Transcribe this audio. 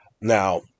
Now